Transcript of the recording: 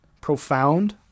profound